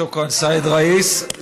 שוכרן, סייד א-ראיס.